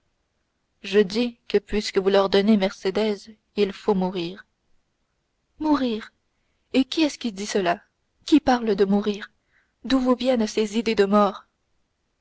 je dis que puisque vous l'ordonnez mercédès il faut mourir mourir et qui est-ce qui dit cela qui parle de mourir d'où vous reviennent ces idées de mort